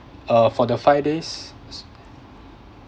uh for the five days